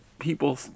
people